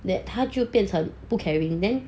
then 他就变成不 caring then